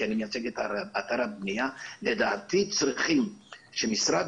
כי אני מייצג את אתרי הבנייה לדעתי צריכים שמשרד